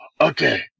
okay